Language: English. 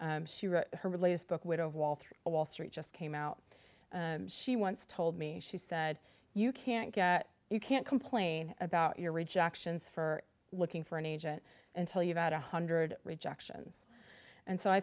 she wrote her latest book widow of wall three wall street just came out she once told me she said you can't get you can't complain about your rejections for looking for an agent and tell you about a hundred rejection and so i